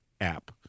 app